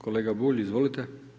Kolega Bulj, izvolite.